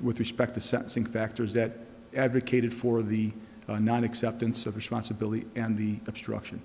with respect to sentencing factors that advocated for the non acceptance of responsibility and the obstruction